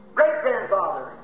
great-grandfather